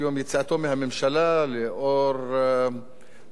לאור פרשנים יודעי דבר,